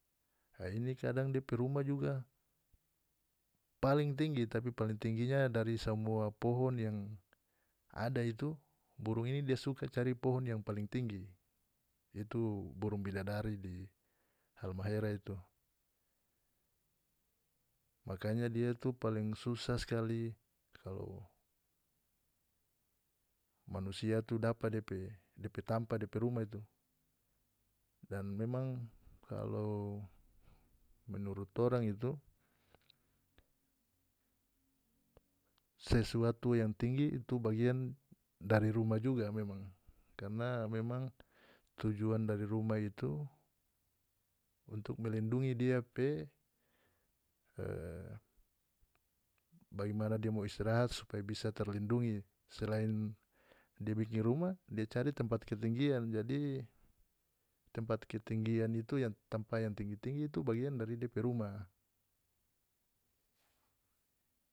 A ini kadang depe rumah juga paling tinggi tapi paling tingginya dari samua pohon yang ada itu burung ini dia suka cari pohon yang paling tinggi itu burung bidadari di halmahera itu makanya dia itu paling susah skali kalu manusia itu dapa depe tampa depe rumah itu dan memang kalau menurut torang itu sesuatu yang tinggi itu bagian dari rumah juga memang karna memang tujuan dari rumah itu untuk melindungi dia pe e bagaimana dia mo istirahat supaya bisa terlindungi selain dia bikin rumah dia cari tempat ketinggian jadi tempat ketinggian itu yang tampa yang tinggi-tinggi itu bagian dari dia pe rumah.